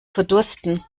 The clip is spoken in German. verdursten